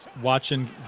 watching